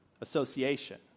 association